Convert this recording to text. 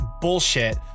bullshit